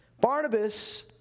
Barnabas